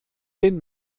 den